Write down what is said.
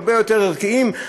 הרבה יותר ערכיים,